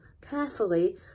carefully